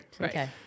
Okay